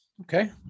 Okay